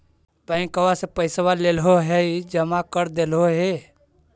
बैंकवा से पैसवा लेलहो है जमा कर देलहो हे?